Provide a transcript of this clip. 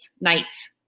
nights